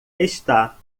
está